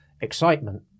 excitement